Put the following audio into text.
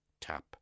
tap